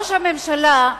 ראש הממשלה,